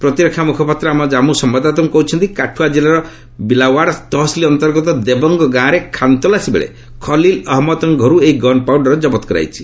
ପ୍ରତିରକ୍ଷା ମୁଖପାତ୍ର ଆମ ଜାଞ୍ଗୁ ସମ୍ଭାଦଦାତାଙ୍କୁ କହିଛନ୍ତି କାଠୁଆ କିଲ୍ଲାର ବିଲାୱାଡ୍ ତହସିଲ୍ ଅନ୍ତର୍ଗତ ଦେବଙ୍ଗ ଗାଁରେ ଖାନ୍ ତଲାସୀ ବେଳେ ଖଲିଲ୍ ଅହମ୍ମଦଙ୍କ ଘରୁ ଏହି ଗନ୍ ପାଉଡର ଜବତ କରାଯାଇଛି